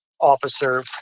officer